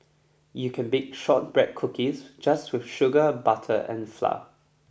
you can bake shortbread cookies just with sugar butter and flour